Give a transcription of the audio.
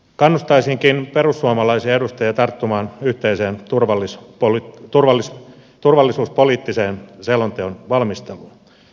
kannustaisinkin perussuomalaisia edustajia tarttumaan yhteisen turvallisuuspoliittisen selonteon valmisteluun